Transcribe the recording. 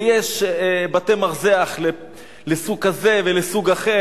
ויש בתי-מרזח לסוג כזה ולסוג אחר.